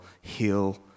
heal